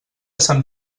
sant